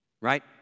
right